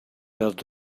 that